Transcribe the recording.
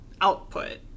output